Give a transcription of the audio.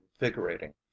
invigorating